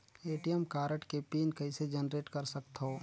ATM card के pin कइसे generate कर सकथव?